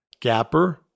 Gapper